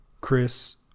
Chris